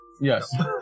Yes